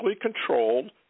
controlled